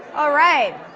all right,